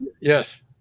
yes